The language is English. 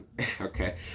okay